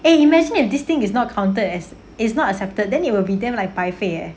eh imagine if this thing is not counted as is not accepted then it will be damn like 白费 leh